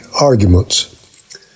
arguments